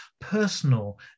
personal